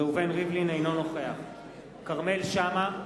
אינו נוכח כרמל שאמה,